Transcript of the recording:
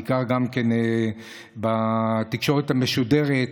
בעיקר בתקשורת המשודרת,